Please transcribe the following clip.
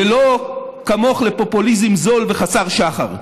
ולא כמוך, לפופוליזם זול וחסר שחר.